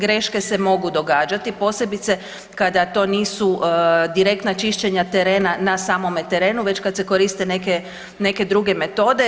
Greške se mogu događati, posebice kad to nisu direktna čišćenja terena na samome terenu, već kad se koriste neke druge metode.